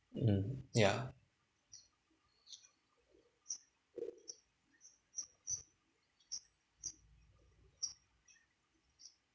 mm yeah